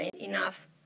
enough